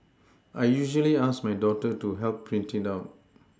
I usually ask my daughter to help print it out